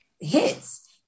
hits